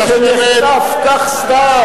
שנחטף כך סתם?